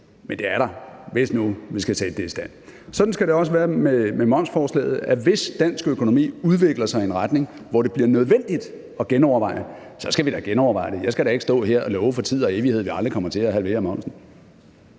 men det er der, hvis nu vi skal sætte det i stand. Sådan skal det også være med momsforslaget, at hvis dansk økonomi udvikler sig i en retning, hvor det bliver nødvendigt at genoverveje det, så skal vi da genoverveje det. Jeg skal da ikke stå her og love for tid og evighed, at vi aldrig kommer til at halvere momsen.